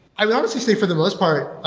i would honestly say for the most part,